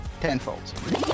tenfold